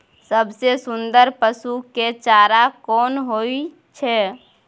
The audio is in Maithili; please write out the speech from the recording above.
सबसे सुन्दर पसु के चारा कोन होय छै?